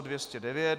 209.